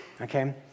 okay